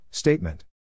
Statement